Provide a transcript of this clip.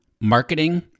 marketing